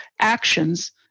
actions